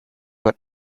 were